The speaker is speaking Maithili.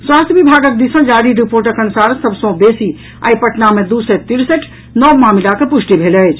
स्वास्थ्य विभागक दिस सॅ जारी रिपोर्टक अनुसार सभ सॅ बेसी आइ पटना मे दू सय तिरसठि नव मामिलाक पुष्टि भेल अछि